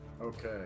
Okay